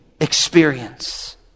experience